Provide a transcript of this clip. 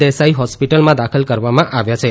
દેસાઈ હોસ્પિટલમાં દાખલ કરવામાં આવ્યા છે